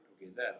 together